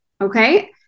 Okay